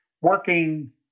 working